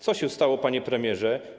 Co się stało, panie premierze?